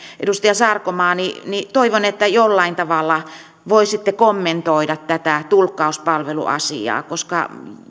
edustaja sarkomaa niin niin toivon että jollain tavalla voisitte kommentoida tätä tulkkauspalveluasiaa koska